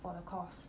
for the course